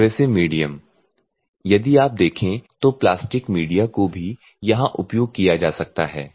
abrasive medium यदि आप देखें तो प्लास्टिक मीडिया को भी यहां उपयोग किया जा सकता है